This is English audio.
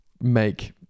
make